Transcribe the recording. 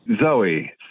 Zoe